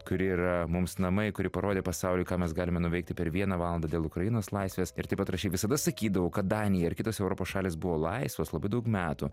kur yra mums namai kuri parodė pasauliui ką mes galime nuveikti per vieną valandą dėl ukrainos laisvės ir taip pat rašei visada sakydavau kad danija ir kitos europos šalys buvo laisvos labai daug metų